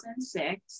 2006